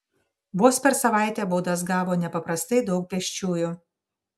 vos per savaitę baudas gavo nepaprastai daug pėsčiųjų